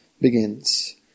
begins